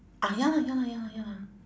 ah ya lah ya lah ya lah ya lah